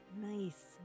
Nice